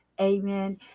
amen